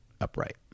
upright